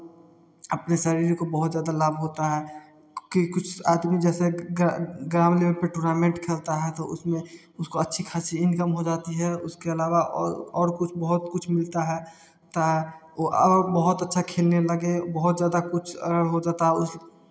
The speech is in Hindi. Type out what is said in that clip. अपने शरीर को बहुत ज़्यादा लाभ होता है कि कुछ आदमी जैसे ग्रा ग्रामीण लेबल पर टूर्नामेंट खेलता है तो उसमें उसको अच्छी खासी इनकम हो जाती है उसके अलावा और और कुछ बहुत कुछ भी मिलता है मिलता है और बहुत अच्छा खेलने लगे बहुत ज़्यादा कुछ अगर हो जाता